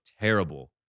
terrible